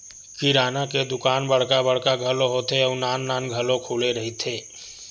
किराना के दुकान बड़का बड़का घलो होथे अउ नान नान घलो खुले रहिथे